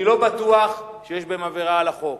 אני לא בטוח שיש בהם עבירה על החוק.